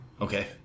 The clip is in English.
okay